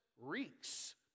reeks